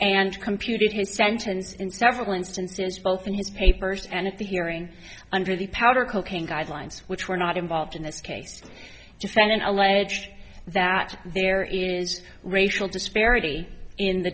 and computed his sentence in several instances both in his papers and at the hearing under the powder cocaine guidelines which were not involved in this case defendant alleged that there is a racial disparity in the